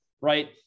right